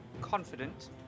confident